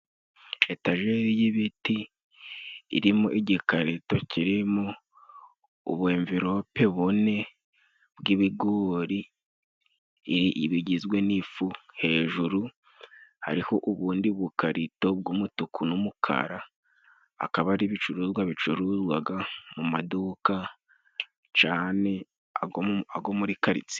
Etajeri y'ibiti irimo igikarito kirimo ubunverope bune bw'ibigori, bigizwe n'ifu, hejuru hariho ubundi bukarito bw'umutuku n'umukara. Akaba ari ibicuruzwa bicuruzwa mu maduka cyane ayo muri karitsiye.